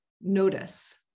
notice